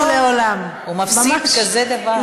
הוא מפסיד כזה דבר.